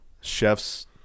chef's